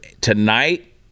Tonight